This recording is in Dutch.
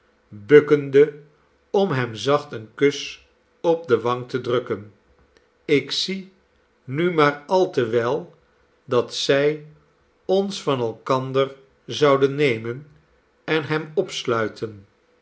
bukkende om hem zacht een kus op de wang te drukken ik zie nu maar al te wel dat zij on s van elkander zouden nemen en hem opsluiten